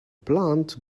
plant